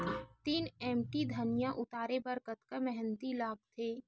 तीन एम.टी धनिया उतारे बर कतका मेहनती लागथे?